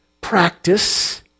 practice